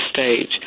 stage